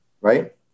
right